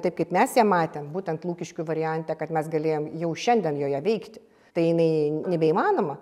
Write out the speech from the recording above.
taip kaip mes ją matėm būtent lukiškių variante kad mes galėjom jau šiandien joje veikti tai jinai nebeįmanoma